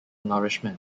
nourishment